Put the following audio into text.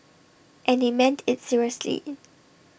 and they meant IT seriously